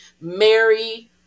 Mary